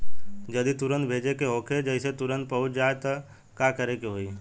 जदि तुरन्त भेजे के होखे जैसे तुरंत पहुँच जाए त का करे के होई?